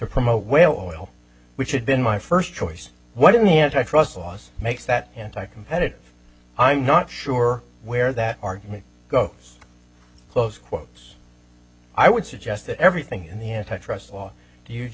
oil which had been my first choice what in the antitrust laws makes that anti competitive i'm not sure where that argument goes close quotes i would suggest that everything in the antitrust law do you